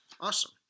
Awesome